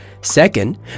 Second